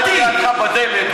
עומד לידך בדלת,